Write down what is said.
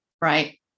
right